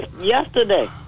yesterday